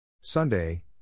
Sunday